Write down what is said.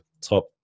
top